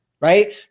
right